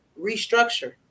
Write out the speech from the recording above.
restructure